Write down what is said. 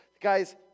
guys